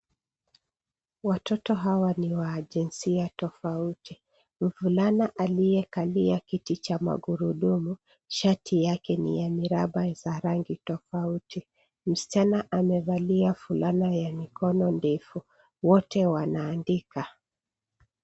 Watoto Hawa ni wa jinsia tofauti. mvulana aliyekalia kiti cha magurudumu, Shati yake ni ya miraba za rangi tofauti..Msichana amevalia fulana ya mikono ndefu, wote wanaandika.